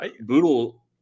boodle